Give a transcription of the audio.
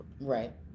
Right